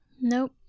Nope